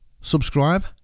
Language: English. subscribe